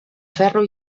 ferro